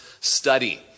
study